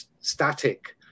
static